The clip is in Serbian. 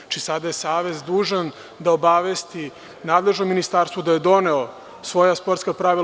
Znači, sada je Savez dužan da obavesti nadležno ministarstvo da je doneo svoja sportska pravila.